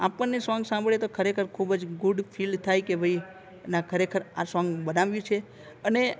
આપણને સોંગ્સ સાંભળીએ તો ખરેખર ખૂબ જ ગુડ ફીલ થાય કે ભાઈ ના ખરેખર આ સોંગ બનાવ્યું છે અને આ ઓલ્ડ